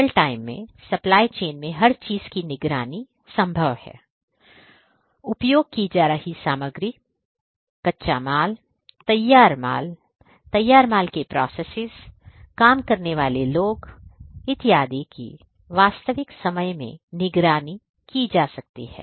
real time में supply chain में हर चीज की निगरानी संभव है उपयोग की जा रही सामग्री कच्चे माल तैयार माल तैयार माल के प्रोसेसेस काम करने वाले लोग इत्यादि की वास्तविक समय में निगरानी की जा सकती है